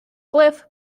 glyph